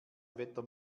wetter